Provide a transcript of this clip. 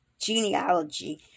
genealogy